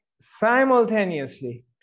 simultaneously